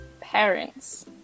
parents